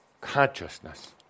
consciousness